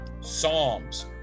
Psalms